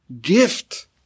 gift